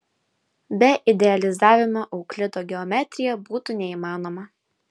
be idealizavimo euklido geometrija būtų neįmanoma